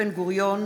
חורין.